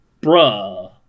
bruh